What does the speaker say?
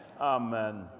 amen